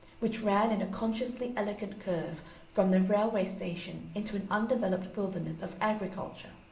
which ran in a consciously elegant curve from the railway station into an undeveloped wilderness of agriculture,